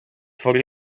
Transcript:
for